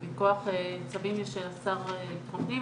עם כוח צווים של השר לביטחון פנים,